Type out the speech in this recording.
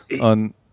on